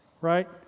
right